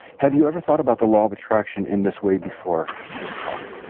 have you ever thought about the law of attraction in this way before this talk?